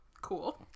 cool